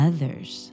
Others